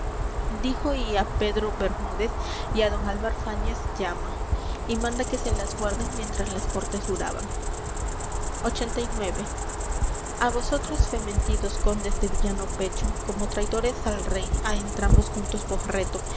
dijo y á pedro bermúdez y á don álvar fáñez llama y manda que se las guarden mientras las cortes duraban lxxxix á vosotros fementidos condes de villano pecho como traidores al rey á entrambos juntos vos reto